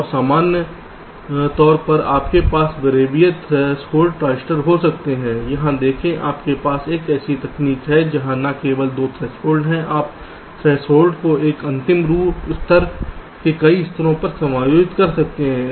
और सामान्य तौर पर आपके पास वेरिएबल थ्रेसोल्ड ट्रांजिस्टर हो सकते हैं यहां देखें कि आपके पास एक ऐसी तकनीक है जहां न केवल दो थ्रेसहोल्ड हैं आप थ्रेशोल्ड को एक अंतिम स्तर से कई स्तरों पर समायोजित कर सकते हैं